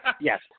Yes